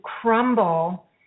crumble